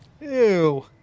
Ew